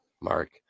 Mark